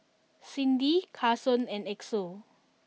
Cindi Carson and Axel